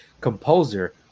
composer